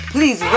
Please